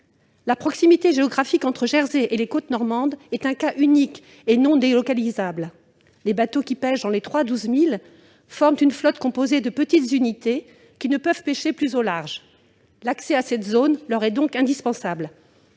La proximité géographique entre Jersey et les côtes normandes est un cas unique et non délocalisable. Les bateaux qui pêchent dans les trois à douze milles forment une flotte composée de petites unités qui ne peuvent pêcher plus au large. L'accès à cette zone leur est donc indispensable.